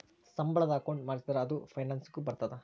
ಸಂಬಳದ ಅಕೌಂಟ್ ಮಾಡಿಸಿದರ ಅದು ಪೆನ್ಸನ್ ಗು ಬರ್ತದ